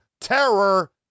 terror